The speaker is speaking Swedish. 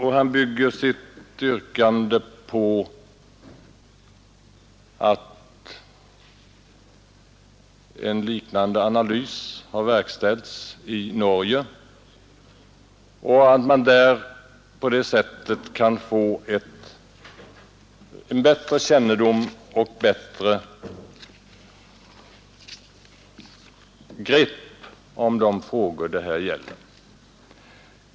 Han bygger sitt yrkande på att en liknande analys har verkställts i Norge och att man där på det sättet kan få en bättre kännedom och ett bättre grepp om de frågor som det här gäller.